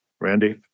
Randy